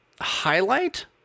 highlight